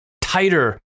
tighter